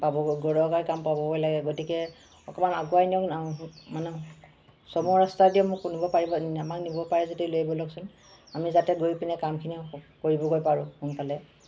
পাবগৈ কাম পাবগৈ লাগে গতিকে অকণমান আগুৱাই নিয়ক না মানে চমু ৰাস্তাইদি নিব পাৰিবনে আমাক নিব পাৰে যদি লৈ ব'লকচোন আমি যাতে গৈ পিনে কামখিনি কৰিবগৈ পাৰোঁ সোনকালে